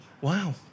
Wow